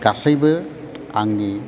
गासैबो आंनि